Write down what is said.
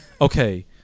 Okay